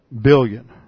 billion